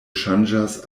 ŝanĝas